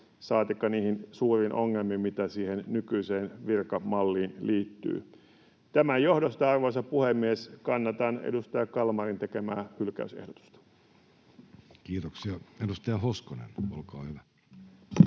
saatikka niihin suuriin ongelmiin, mitä siihen nykyiseen virkamalliin liittyy. Tämän johdosta, arvoisa puhemies, kannatan edustaja Kalmarin tekemää hylkäysehdotusta. [Speech 150] Speaker: